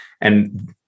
And-